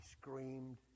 screamed